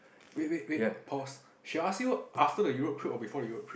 wait wait wait pause she ask you after the Europe trip or before the Europe trip